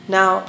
Now